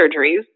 surgeries